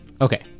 Okay